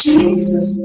Jesus